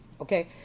okay